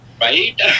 right